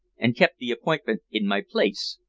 and kept the appointment in my place.